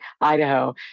Idaho